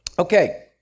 Okay